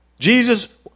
Jesus